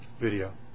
video